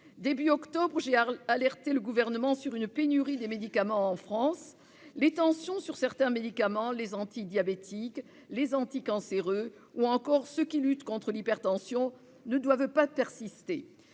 d'octobre, j'ai alerté le Gouvernement sur l'existence d'une pénurie des médicaments en France. Les tensions sur certains médicaments- les antidiabétiques, les anticancéreux ou encore ceux qui luttent contre l'hypertension -ne doivent pas persister.